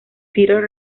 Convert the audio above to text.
peter